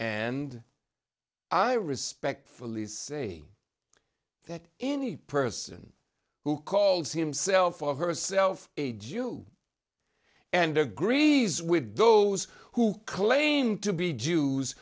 and i respectfully say that any person who calls himself or herself a jew and agrees with those who claim to be jews